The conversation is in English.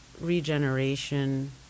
regeneration